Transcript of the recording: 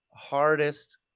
Hardest